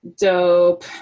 Dope